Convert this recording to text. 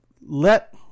let